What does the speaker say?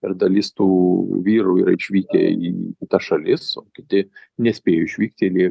ir dalis tų vyrų yra išvykę į kitas šalis o kiti nespėjo išvykti ir jie